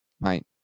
right